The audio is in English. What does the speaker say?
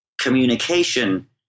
communication